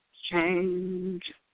change